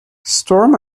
storm